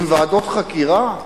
עם ועדות חקירה?